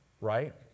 Right